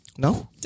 No